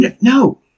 No